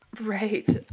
Right